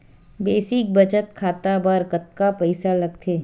Basic बचत खाता बर कतका पईसा लगथे?